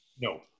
No